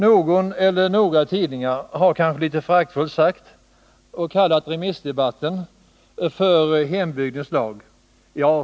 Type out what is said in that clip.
Någon eller några tidningar har kanske litet föraktfullt kallat den allmänpolitiska debatten för hembygdens dag.